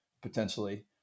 potentially